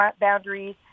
boundaries